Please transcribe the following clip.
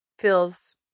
feels